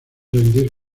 rendir